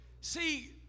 See